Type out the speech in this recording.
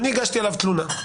הגשתי עליו תלונה.